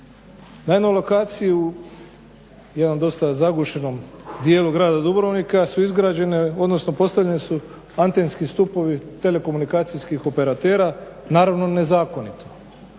Na jednu lokaciju u jednom dosta zagušenom djelu grada Dubrovnika su izgrađene odnosno postavljene su antenski stupovi telekomunikacijskih operatera naravno nezakonito